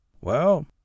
Well